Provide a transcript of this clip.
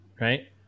right